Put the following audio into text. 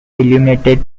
illuminated